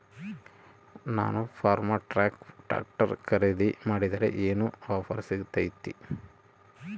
ನಾನು Farmtrac tractor ಖರೇದಿ ಮಾಡಿದ್ರೆ ಏನು ಆಫರ್ ಸಿಗ್ತೈತಿ?